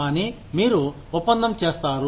కానీ మీరు ఒప్పందం చేస్తారు